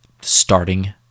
starting